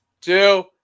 two